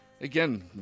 again